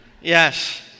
yes